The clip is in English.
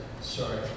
sorry